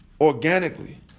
organically